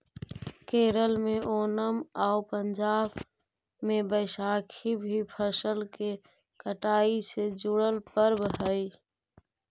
केरल में ओनम आउ पंजाब में बैसाखी भी फसल के कटाई से जुड़ल पर्व हइ